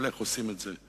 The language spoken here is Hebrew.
אבל איך עושים את זה?